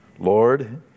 Lord